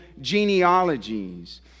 genealogies